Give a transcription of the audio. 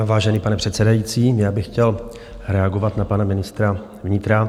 Vážený pane předsedající, já bych chtěl reagovat na pana ministra vnitra.